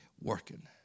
working